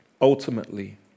Ultimately